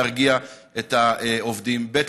להרגיע את העובדים, ב.